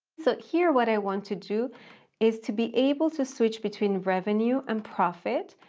so here what i want to do is to be able to switch between revenue and profit,